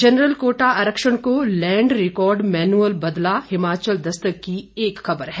general quota आरक्षण को land record manual बदला हिमाचल दस्तक की एक खबर है